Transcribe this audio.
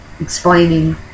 explaining